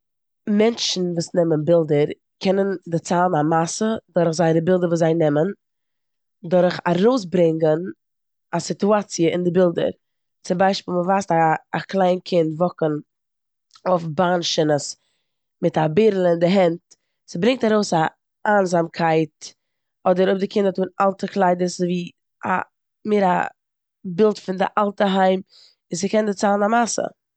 מענטשן וואס נעמען בילדער קענען דערציילן א מעשה דורך זייערע בילדער וואס זיי נעמען דורך ארויסברענגען א סיטואציע אין די בילדער. צום ביישפיל מ'ווייזט א- א קליין קינד וואקן אויף באן שינעס מט א בערעלע אין די הענט, ס'ברענגט ארויס א איינזאמקייט. אדער אויב די קינד האט אן אלטע קליידער ס'אזויווי א- מער א בילד פון די אלטע היים און ס'קען דערציילן א מעשה.